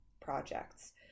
projects